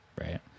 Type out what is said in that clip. right